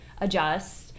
adjust